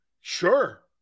sure